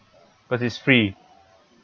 because it's free